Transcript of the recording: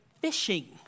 fishing